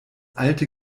alte